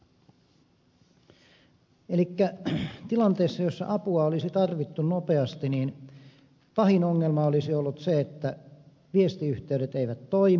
elikkä tilanteessa jossa apua olisi tarvittu nopeasti pahin ongelma olisi ollut se että viestiyhteydet eivät toimi